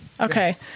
Okay